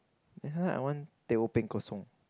then sometimes I want teh O peng kosong